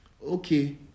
Okay